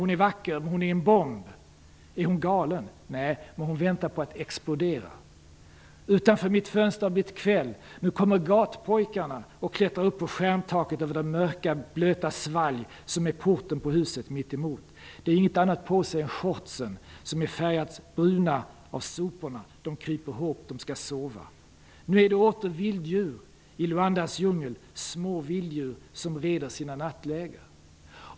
Hon är vacker, men hon är en bomb. Är hon galen? Nej, men hon väntar på att explodera. Utanför mitt fönster har det blivit kväll. Nu kommer gatpojkarna och klättrar upp på stjärntaket över det mörka blöta svalg som är porten på huset mitt emot. De har inget annat på sig än shortsen som färgats bruna av soporna. De kryper ihop. De skall sova. Nu är det åter vilddjur i Luandas djungel, små vilddjur som reder sina nattläger.